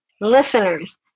listeners